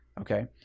Okay